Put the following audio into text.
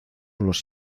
los